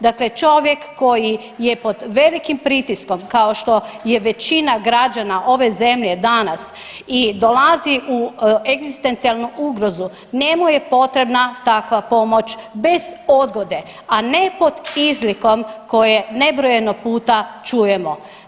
Dakle, čovjek koji je pod velikim pritiskom kao što je većina građana ove zemlje danas i dolazi u egzistencijalnu ugrozu njemu je potrebna takva pomoć bez odgode, a ne pod izlikom koje nebrojeno puta čujemo.